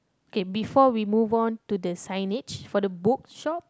okay before we moved on to the signage for the bookshop